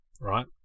right